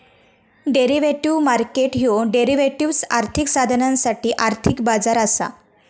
derivative market ह्यो derivatives, आर्थिक साधनांसाठी आर्थिक बाजार असा